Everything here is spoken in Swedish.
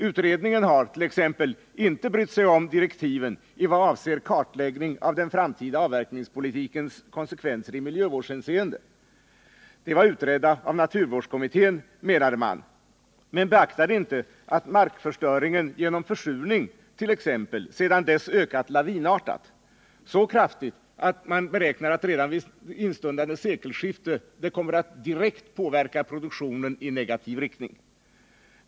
Utredningen hart.ex. inte brytt sig om direktiven i vad avser kartläggning av den framtida avverkningspolitikens konsekvenser i miljövårdshänseende. De var utredda av naturvårdskommittén, menade man, men man beaktade inte att markförstöringen genom t.ex. försurning sedan dess ökat lavinartat och så kraftigt att man beräknar att den redan vid instundande sekelskifte kommer att direkt påverka produktionen i negativ riktning.